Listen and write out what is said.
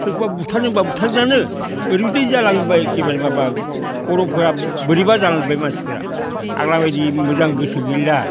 सोरखौबा बुथारनो होनब्ला बुथारगोनानो ओरैबादि जालांजोबबाय एखेबारे माबा खर'फोरा बोरैबा जालांजोब्बाय मानसिफोरा आग्लाबायदि मोजां गोसो गैला